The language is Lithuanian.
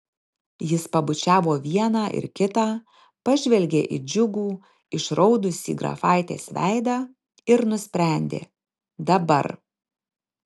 jis pabučiavo vieną ir kitą pažvelgė į džiugų išraudusį grafaitės veidą ir nusprendė dabar